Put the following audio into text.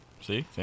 See